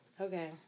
Okay